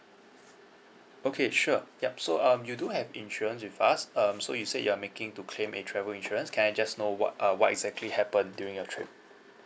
okay sure yup so um you do have insurance with us um so you said you are making to claim a travel insurance can I just know what uh what exactly happened during your trip